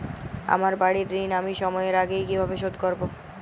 আমার বাড়ীর ঋণ আমি সময়ের আগেই কিভাবে শোধ করবো?